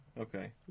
Okay